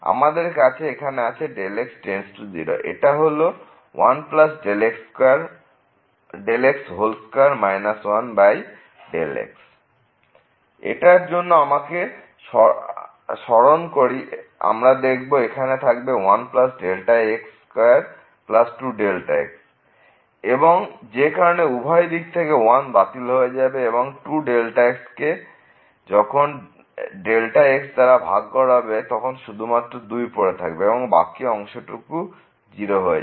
আমাদের কাছে এখানে আছে x→0 এবং এটা হল 1Δx2 1x এটার জন্য আমাকে স্মরণ করি আমরা দেখব এখানে থাকবে 1 x22 x এবং যে কারণে উভয় দিক থেকে 1 বাতিল হয়ে যাবে এবং 2 x কে যখন x দাঁড়া ভাগ করা হবে তখন শুধুমাত্র 2 পড়ে থাকবে এবং বাকি অংশটুকু 0 হয়ে যাবে